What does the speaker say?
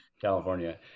California